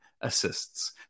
assists